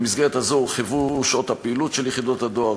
במסגרת זו הורחבו שעות הפעילות של יחידות הדואר,